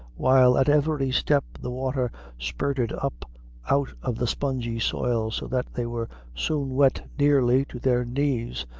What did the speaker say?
while at every step the water spurted up out of the spongy soil, so that they were soon wet nearly to their knees,